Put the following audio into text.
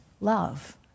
love